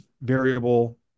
variable